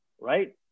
right